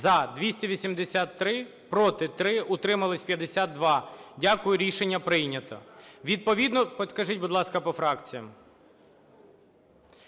За – 283, проти – 3, утримались – 52. Дякую. Рішення прийнято. Відповідно… Покажіть, будь ласка, по фракціях.